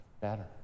better